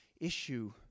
issue